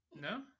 No